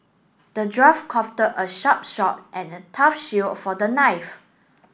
the draft crafted a sharp short and a tough shield for the knife